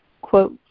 quote